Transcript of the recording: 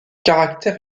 caractère